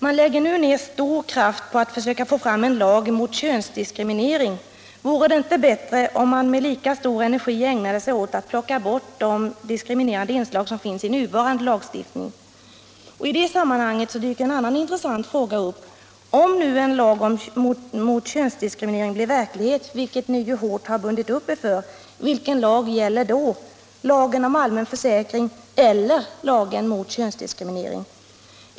Man lägger nu ner stor kraft på att försöka få person med partiell fram en lag mot könsdiskriminering. Vore det inte bättre om man med förtidspension, lika stor energi ägnade sig åt att plocka bort de diskriminerande inslag m.m. som finns i nuvarande lagstiftning? I sammanhanget dyker en annan intressant fråga upp: Om nu en lag mot könsdiskriminering blir verklighet, vilket ni ju hårt har bundit upp er för, vilken lag gäller då, lagen om allmän försäkring eller lagen mot könsdiskriminering?